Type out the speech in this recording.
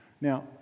Now